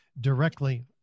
directly